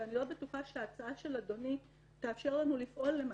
שאני לא בטוחה שההצעה של אדוני תאפשר לנו לפעול למעשה,